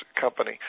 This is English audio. company